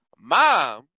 Mom